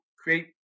create